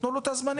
תנו לו את הזמני.